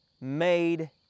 made